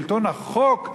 שלטון החוק,